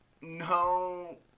no